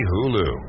Hulu